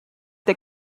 the